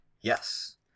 Yes